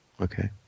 Okay